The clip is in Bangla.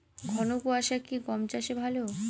ঘন কোয়াশা কি গম চাষে ভালো?